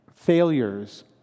failures